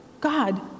God